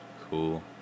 Cool